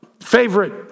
favorite